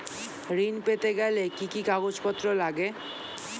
ঋণ পেতে গেলে কি কি কাগজপত্র লাগে?